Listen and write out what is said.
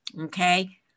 Okay